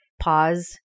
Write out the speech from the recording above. pause